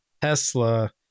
tesla